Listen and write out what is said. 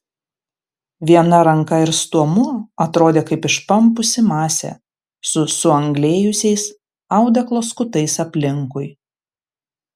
viena ranka ir stuomuo atrodė kaip išpampusi masė su suanglėjusiais audeklo skutais aplinkui